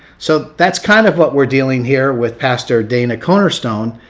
so that's kind of what we're dealing here with pastor dana cornerstone,